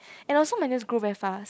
and also my nails grow very fast